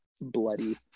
bloody